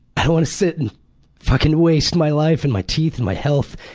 i don't want to sit and fucking waste my life, and my teeth, and my health.